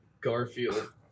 Garfield